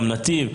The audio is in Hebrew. גם נתיב.